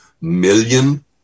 million